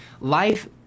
Life